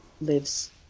lives